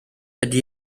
ydy